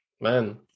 Man